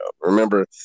remember